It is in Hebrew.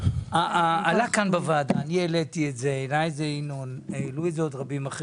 אני העליתי את זה, גם ינון ואחרים רבים.